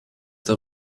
der